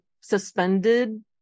suspended